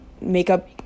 makeup